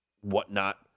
whatnot